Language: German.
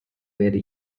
werde